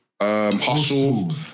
Hustle